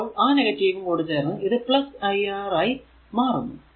അപ്പോൾ ആ നെഗറ്റീവും കൂടെ ചേർന്ന് ഇത് iR ആയി മാറുന്നു